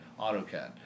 AutoCAD